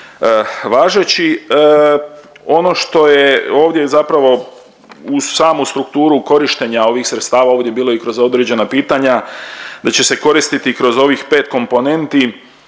važeći. Ono što je ovdje zapravo uz samu strukturu korištenja ovih sredstava ovdje bilo i kroz određena pitanja da će se koristiti kroz ovih pet komponenti,